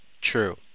true